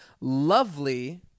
lovely